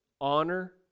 honor